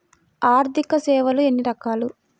ఆర్థిక సేవలు ఎన్ని రకాలు?